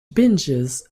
binges